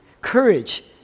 courage